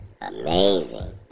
Amazing